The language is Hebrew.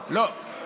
לא.